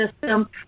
system